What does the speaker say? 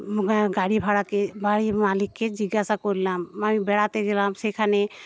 গাড়ি ভাড়াকে গাড়ির মালিককে জিজ্ঞাসা করলাম আমি বেড়াতে গেলাম সেখানে